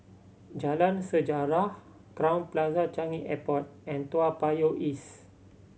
Jalan Sejarah Crowne Plaza Changi Airport and Toa Payoh East